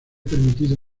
permitido